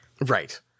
Right